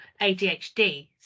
adhd